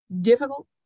difficult